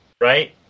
right